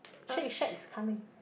shack shack coming